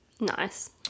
Nice